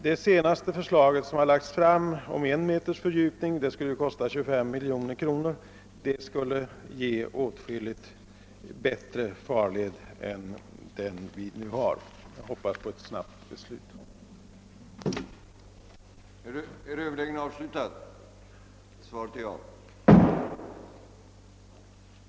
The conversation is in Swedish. Det senast framlagda förslaget om en meters fördjupning av leden skulle kosta 25 miljoner kronor, och den fördjupningen skulle ge oss en åtskilligt bättre farled än den vi nu har. Jag hoppas på ett beslut snarast i frågan.